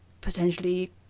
potentially